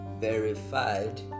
verified